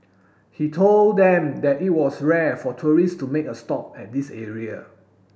he told them that it was rare for tourist to make a stop at this area